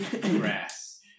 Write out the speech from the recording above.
Grass